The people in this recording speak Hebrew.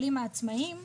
העצמאיים,